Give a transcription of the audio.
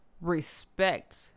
respect